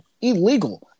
illegal